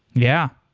yeah.